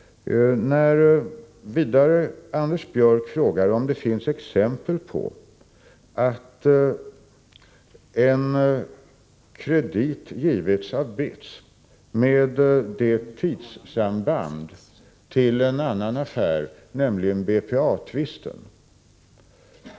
Anders Björck frågar vidare om det finns exempel på att en kredit givits av BITS med samma tidssamband som när det gäller BPA.